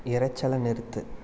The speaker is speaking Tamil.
இரைச்சலை நிறுத்து